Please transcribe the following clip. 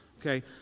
okay